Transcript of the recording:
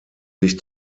sich